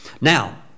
Now